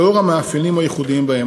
לאור המאפיינים הייחודיים בהם.